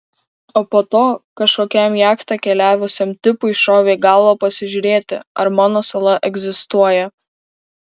o po to kažkokiam jachta keliavusiam tipui šovė į galvą pasižiūrėti ar mano sala egzistuoja